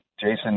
Jason